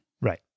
Right